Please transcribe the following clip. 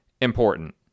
important